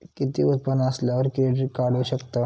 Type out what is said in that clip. किती उत्पन्न असल्यावर क्रेडीट काढू शकतव?